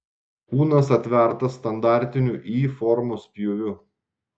kūnas atvertas standartiniu y formos pjūviu